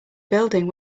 building